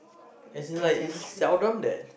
as in like is seldom that